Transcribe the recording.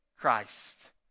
Christ